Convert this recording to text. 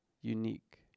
unique